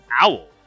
Owl